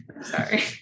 sorry